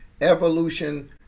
evolution